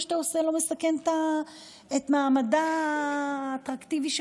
מה שאתה עושה לא מסכן את מעמדה האטרקטיבי של